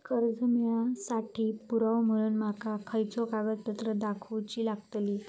कर्जा मेळाक साठी पुरावो म्हणून माका खयचो कागदपत्र दाखवुची लागतली?